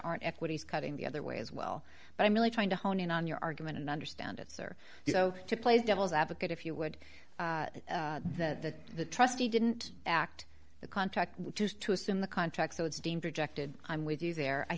aren't equities cutting the other way as well but i'm really trying to hone in on your argument and understand it or so to play devil's advocate if you would that that the trustee didn't act the contract which is to assume the contract so it's deemed rejected i'm with you there i